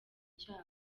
cyabo